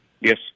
Yes